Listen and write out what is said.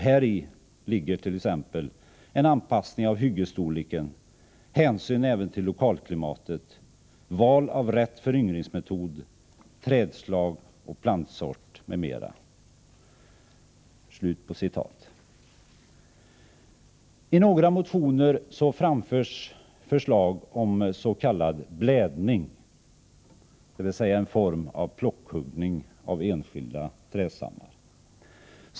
Häri ligger t.ex. en anpassning av hyggesstorleken, hänsyn även till lokalklimatet, val av rätt föryngringsmetod, trädslag och plantsort m.m.” I några motioner anförs förslag om s.k. blädning, dvs. en form av blockhuggning av enskilda trädstammar.